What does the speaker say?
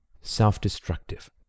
self-destructive